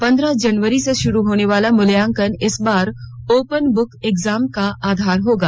पन्द्रह जनवरी से शुरू होने वाला मूल्यांकन इस बार ओपन बुक इग्जाम के आधार पर होगा